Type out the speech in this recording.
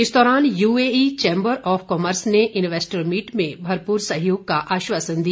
इस दौरान UAE chamber of commerce ने इन्वेस्टर मीट में भरपूर सहयोग का आश्वासन दिया